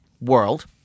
world